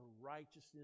righteousness